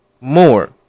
more